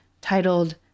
titled